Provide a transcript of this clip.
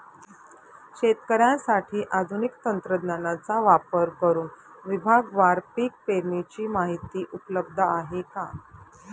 शेतकऱ्यांसाठी आधुनिक तंत्रज्ञानाचा वापर करुन विभागवार पीक पेरणीची माहिती उपलब्ध आहे का?